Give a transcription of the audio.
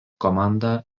komanda